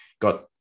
got